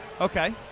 Okay